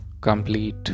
complete